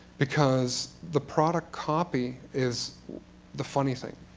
because the product copy is the funny thing.